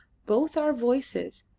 both our voices,